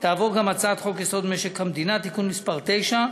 תועבר גם הצעת חוק-יסוד: משק המדינה (תיקון מס' 9),